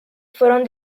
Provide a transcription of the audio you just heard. fueron